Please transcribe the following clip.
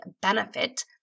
benefit